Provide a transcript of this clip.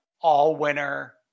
all-winner